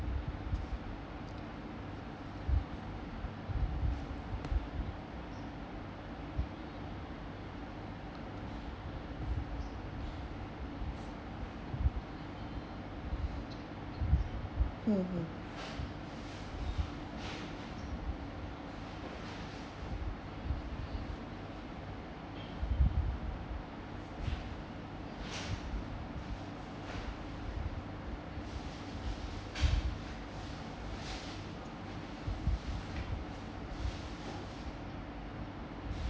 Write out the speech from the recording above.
hmm hmm